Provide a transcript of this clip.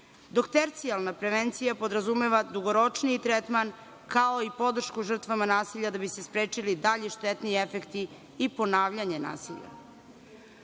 Tercijarna prevencija podrazumeva dugoročniji tretman, kao i podršku žrtvama nasilja da bi se sprečili dalji štetni efekti i ponavljanje nasilja. Predlog